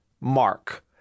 mark